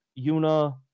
Yuna